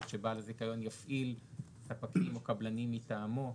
שבעל זיכיון יפעיל ספקים או קבלנים מטעמו,